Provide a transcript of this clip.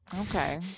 Okay